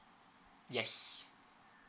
yes